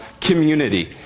community